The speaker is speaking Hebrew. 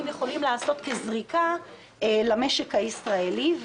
יכולים לעשות כזריקה למשק הישראלי.